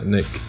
Nick